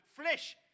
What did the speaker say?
flesh